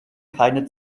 keine